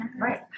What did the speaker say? right